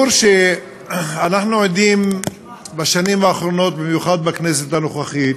אנחנו עדים בשנים האחרונות, במיוחד בכנסת הנוכחית,